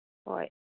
ꯍꯣꯏ